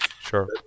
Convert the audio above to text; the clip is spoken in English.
Sure